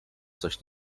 coś